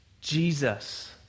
Jesus